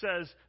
says